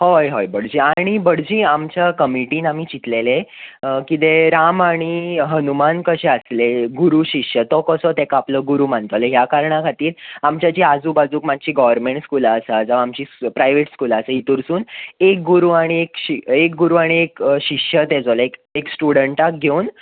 होय होय भटजी आनी आमच्या कमिटीन आमी चिंतलेले कितें राम आनी हनुमान कशें आसले गुरू शिश्य तो कसो आपलो ताका गुरू मानतालो ह्या कारणां खातीर आमच्या जी आजू बाजूक गवरमेंट स्कुलां आसा आमची प्रायवेट स्कुलां आसा हितूरसून एक गुरू आनी एक शिश्य एक गुरू आनी एक शिश्य तेंचो लायक एक स्टूडंटाक घेवन